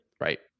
right